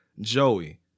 Joey